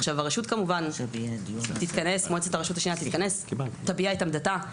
עכשיו, מועצת הרשות השנייה תתכנס, תביע את עמדתה,